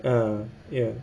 mm ya